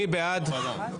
מי בעד?